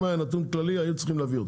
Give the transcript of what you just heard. אם היה נתון כללי היו צריכים להביא אותו.